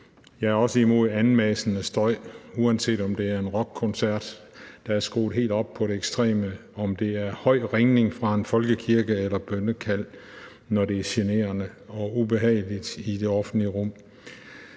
Jeg er også imod anmassende støj, uanset om det er en rockkoncert, hvor der er skruet helt op til det ekstreme, om det er høj ringning fra en folkekirke eller bønnekald, når det er generende og ubehageligt i det offentlige rum.